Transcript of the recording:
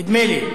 נדמה לי.